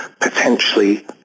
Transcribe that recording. potentially